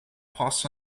pass